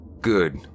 Good